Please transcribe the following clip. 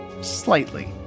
slightly